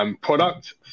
product